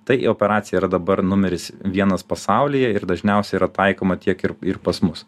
tai operacija yra dabar numeris vienas pasaulyje ir dažniausia yra taikoma tiek ir ir pas mus